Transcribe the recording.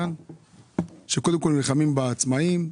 שקודם כל נלחמים בעצמאים,